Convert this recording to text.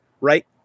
right